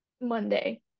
Monday